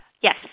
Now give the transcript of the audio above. yes